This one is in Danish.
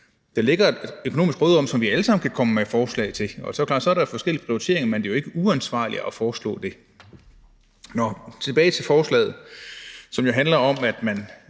Der ligger et økonomisk råderum, som vi alle sammen kan komme med forslag til. Så er det klart, at der er forskellige prioriteringer, men det er jo ikke uansvarligt at foreslå det. Nå, tilbage til forslaget. Forslaget handler jo om, at man